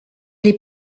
les